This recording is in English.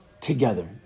together